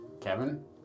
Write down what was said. Kevin